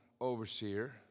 overseer